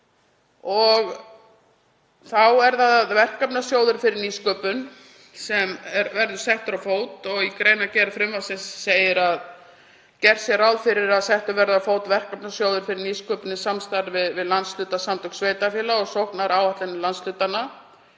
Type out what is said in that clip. Þá er það verkefnasjóður fyrir nýsköpun sem verður settur á fót. Í greinargerð frumvarpsins segir að gert sé ráð fyrir að settur verði á fót verkefnasjóður fyrir nýsköpun í samstarfi við landshlutasamtök sveitarfélaga og sóknaráætlanir landshlutanna